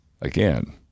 again